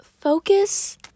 focus